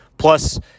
Plus